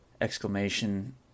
exclamation